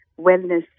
wellness